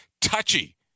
touchy